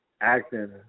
acting